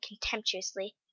contemptuously